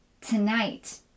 Tonight